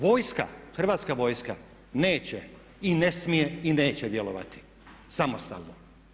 Vojska, Hrvatska vojska neće i ne smije i neće djelovati samostalno.